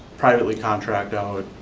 privately contract out,